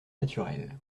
naturels